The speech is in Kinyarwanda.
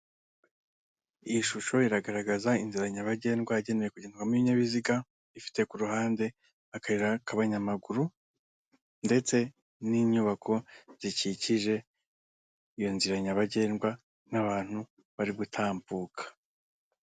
Iyi shusho iragaragaza inzira nyabagendwa igenewe kugendwamo n'ibinyabiziga ifite ku ruhande akayira k'abanyamaguru ndetse n'inyubako zikikije iyo nzira nyabagendwa n'abantu bari gutambuka.